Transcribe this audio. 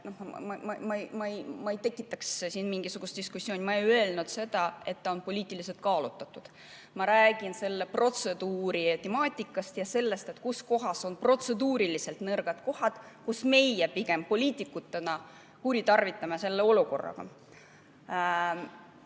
ma ei tekitaks siin mingisugust diskussiooni. Ma ei öelnud seda, et on poliitiliselt kallutatud. Ma räägin selle protseduuri temaatikast ja sellest, kus on protseduuriliselt nõrgad kohad, kus pigem meie poliitikutena kuritarvitame seda olukorda.